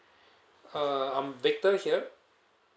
uh I'm victor here